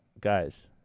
guys